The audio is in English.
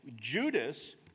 Judas